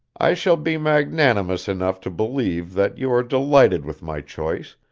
i shall be magnanimous enough to believe that you are delighted with my choice,